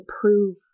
prove